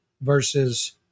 versus